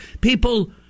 people